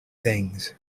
things